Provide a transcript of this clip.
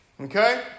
okay